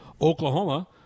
Oklahoma